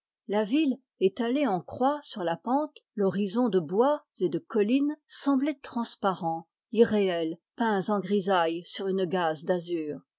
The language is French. la ville étalée en croix sur la pente l'horizon de bois et de collines semblaient transparents irréels peints en grisaille sur une gaze d'azur